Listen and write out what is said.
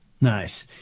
Nice